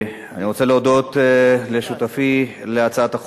אני רוצה להודות לשותפי להצעת החוק,